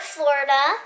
Florida